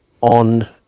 on